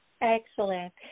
Excellent